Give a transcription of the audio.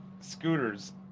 scooters